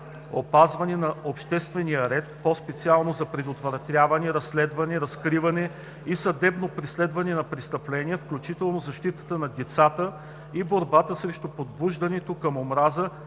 опазването на обществения ред, по-специално за предотвратяване, разследване, разкриване и съдебно преследване на престъпления, включително защита на децата и борбата срещу подбуждането към омраза